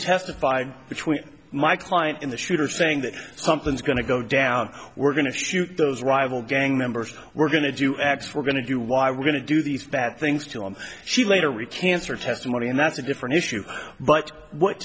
testified between my client in the shooter saying that something's going to go down we're going to shoot those rival gang members we're going to do x we're going to do y we're going to do these bad things to him she later recants or testimony and that's a different issue but what